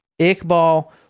Iqbal